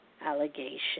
allegation